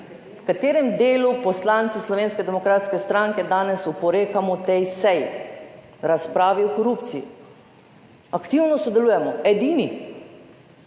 V katerem delu poslanci Slovenske demokratske stranke danes oporekamo tej seji, razpravi o korupciji? Aktivno sodelujemo, edini,